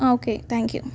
okay thank you